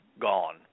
gone